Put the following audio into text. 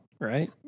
right